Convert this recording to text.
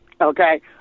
Okay